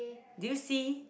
do you see